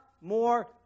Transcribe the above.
More